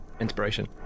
Inspiration